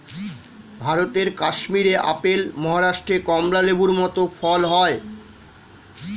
ভারতের কাশ্মীরে আপেল, মহারাষ্ট্রে কমলা লেবুর মত ফল হয়